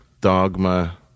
dogma